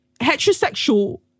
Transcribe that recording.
heterosexual